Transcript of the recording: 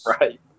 Right